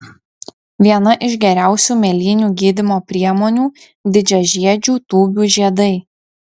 viena iš geriausių mėlynių gydymo priemonių didžiažiedžių tūbių žiedai